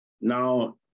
Now